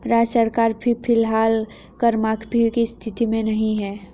राज्य सरकार भी फिलहाल कर माफी की स्थिति में नहीं है